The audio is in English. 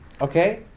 Okay